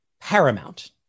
Paramount